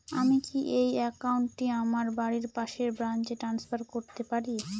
আমি কি এই একাউন্ট টি আমার বাড়ির পাশের ব্রাঞ্চে ট্রান্সফার করতে পারি?